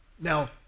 Now